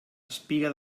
espiga